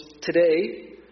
Today